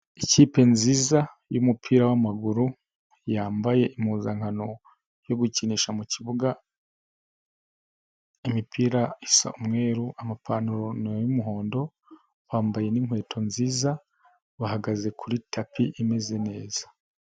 Ikipe nziza y'umupira w'amaguru, yambaye impuzankano yo gukinisha mu kibuga, imipira isa umweru, amapantaro ni ay'umuhondo, bambaye n'inkweto nziza, bahagaze kuri tapi imeze neza.